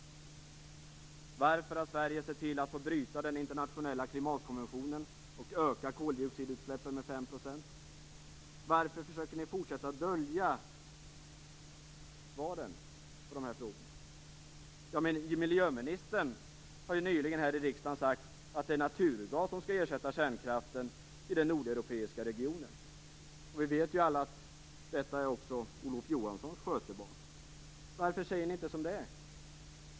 Varför har Sverige sett till att få bryta den internationella klimatkonventionen och öka koldioxidutsläppen med 5 %? Varför försöker ni fortsätta att dölja svaren på dessa frågor? Miljöministern har nyligen här i riksdagen sagt att det är naturgas som skall ersätta kärnkraften i den nordeuropeiska regionen. Vi vet ju alla att detta också är Olof Johanssons skötebarn. Varför säger ni inte som det är?